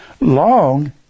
Long